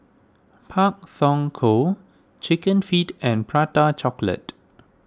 Pak Thong Ko Chicken Feet and Prata Chocolate